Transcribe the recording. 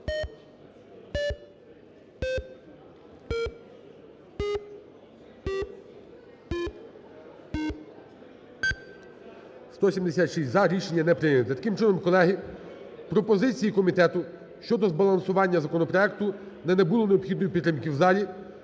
За-176 Рішення не прийнято. Таким чином, колеги, пропозиції комітету щодо збалансування законопроекту не набули необхідної підтримки в залі.